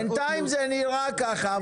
בינתיים זה נראה ככה.